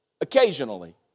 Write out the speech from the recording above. Occasionally